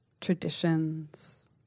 Traditions